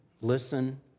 listen